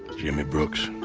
jimmy brooks?